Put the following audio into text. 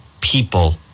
people